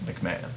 McMahon